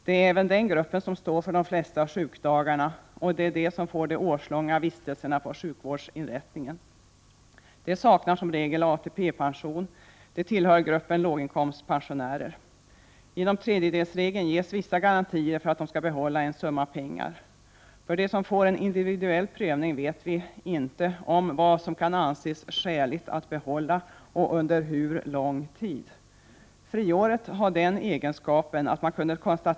Det är även den gruppen som står för de flesta sjukdagarna, och det är dessa människor som står för de årslånga vistelserna på sjukvårdsinrättningar. De saknar i regel ATP-pension och tillhör gruppen låginkomstpensionärer. Genom tredjedelsregeln ges vissa garantier för att dessa människor skall få behålla en viss summa pengar. När det gäller de som blir föremål för individuell prövning vet vi inte vad som kan anses vara skäligt att få behålla. Inte heller vet vi hur lång tid det skall vara fråga om.